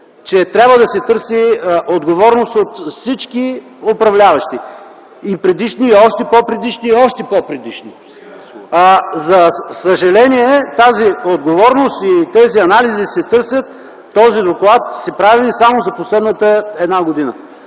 че трябва да се търси отговорност от всички управляващи – и предишни, и още по-предишни, и още по-предишни. За съжаление тази отговорност (реплика от КБ) и тези анализи се търсят, този доклад се прави само за последната една година,